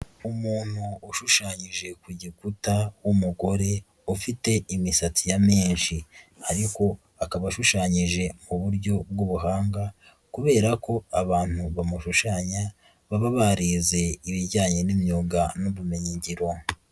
Umuntu ushushanyije ku gikuta w'umugore, ufite imisatsi ya menshi ariko akaba ashushanyije mu buryo bw'ubuhanga kubera ko abantu bamushushanya, baba barize ibijyanye n'imyuga n'ubumenyingiro.